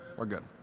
we're good.